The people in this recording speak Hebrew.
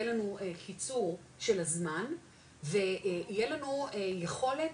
יהיה לנו קיצור של הזמן ויהיה לנו יכולת